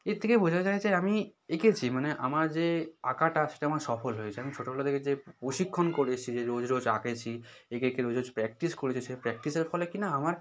এর থেকেই বোঝা যায় যে আমি এঁকেছি মানে আমার যে আঁকাটা সেটা আমার সফল হয়েছে আমি ছোটবেলা থেকে যে প্রশিক্ষণ করেছি যে রোজ রোজ আঁকেছি এঁকে এঁকে রোজ রোজ প্র্যাকটিস করেছি সে প্র্যাকটিসের ফলে কিনা আমার